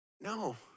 No